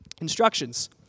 instructions